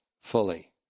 fully